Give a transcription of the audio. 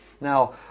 Now